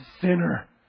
Sinner